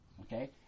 Okay